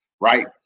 right